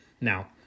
now